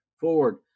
ford